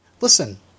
listen